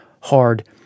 hard